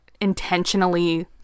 intentionally